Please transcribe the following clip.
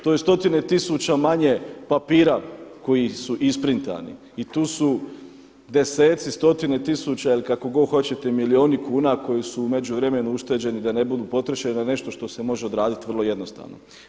To je stotine tisuća manje papira koji su isprintani i tu su deseci, stotine tisuća ili kako god hoćete milijuni kuna koji su u međuvremenu ušteđeni da ne budu potrošeni na nešto što se može odradit vrlo jednostavno.